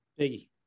Biggie